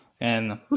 And-